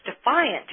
defiant